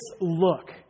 look